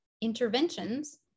interventions